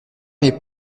mes